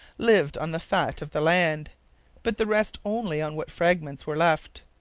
lived on the fat of the land but the rest only on what fragments were left.